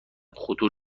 خطور